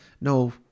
no